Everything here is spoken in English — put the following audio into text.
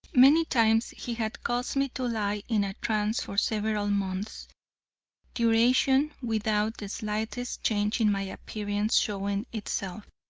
many times he had caused me to lie in a trance for several months' duration without the slightest change in my appearance showing itself.